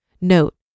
Note